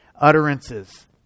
utterances